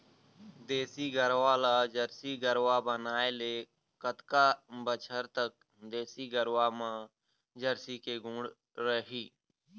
देसी गरवा ला जरसी गरवा बनाए ले कतका बछर तक देसी गरवा मा जरसी के गुण रही?